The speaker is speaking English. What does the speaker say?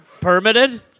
permitted